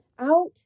out